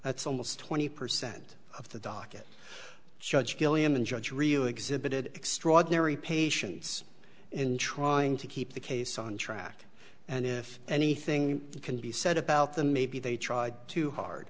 that's almost twenty percent of the docket judge gilliam and judge rio exhibited extraordinary patience and trying to keep the case on track and if anything can be said about them maybe they tried too hard